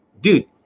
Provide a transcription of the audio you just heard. dude